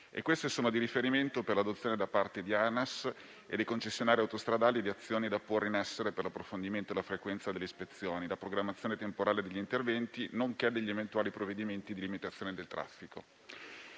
costituiscono il riferimento per l'adozione, da parte di Anas e dei concessionari autostradali, delle azioni da porre in essere in ordine all'approfondimento e alla frequenza delle ispezioni, alla programmazione temporale degli interventi, nonché agli eventuali provvedimenti di limitazione del traffico.